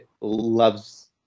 loves